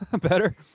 Better